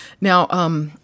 Now